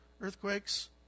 earthquakes